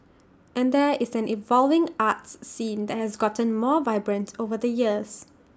and there is an evolving arts scene that has gotten more vibrant over the years